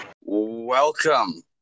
Welcome